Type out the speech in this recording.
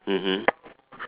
mmhmm